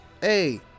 hey